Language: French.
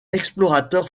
explorateur